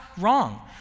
wrong